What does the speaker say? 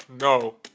No